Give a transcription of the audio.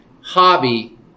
hobby